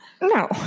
No